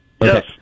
Yes